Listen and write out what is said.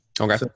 Okay